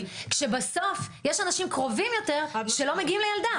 כשבסוף יש אנשים קרובים יותר שלא מגיעים לילדה.